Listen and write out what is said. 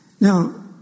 Now